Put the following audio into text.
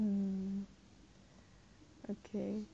um okay